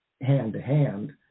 hand-to-hand